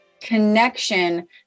connection